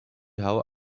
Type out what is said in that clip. how